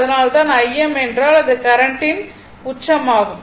அதனால்தான் Im என்றால் இது கரண்ட்டின் r உச்சமாகும்